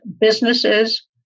businesses